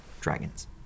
dragons